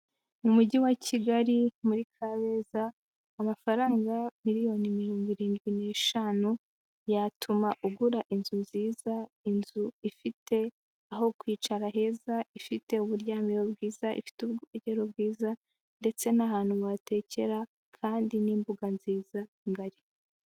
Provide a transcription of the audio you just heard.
Mu mujyi wa kigali muri Kabeza, amafaranga miliyoni mirongo irindwi n'eshanu yatuma ugura inzu nziza, inzu ifite aho kwicara heza, ifite uburyamiro bwiza, ifite ubwogero bwiza, ndetse n'ahantu watekera kandi n'imbuga nziza ngari.